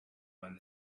won